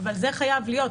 זה חייב להיות.